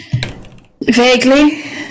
Vaguely